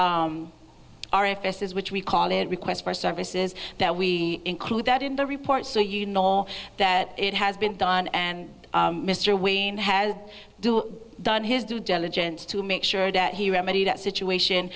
as which we call it requests for services that we include that in the report so you know that it has been done and mr wayne has done his due diligence to make sure that he remedy that situation